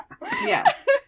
Yes